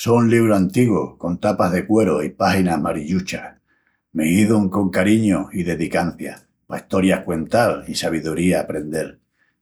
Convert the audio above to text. Só un libru antígu, con tapas de cueru i páginas marilluchas. Me hizun con cariñu i dedicancia, pa estorias cuental i sabiduría aprendel.